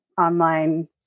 online